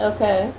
Okay